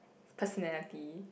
personality